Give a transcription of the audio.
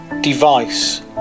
device